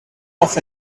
off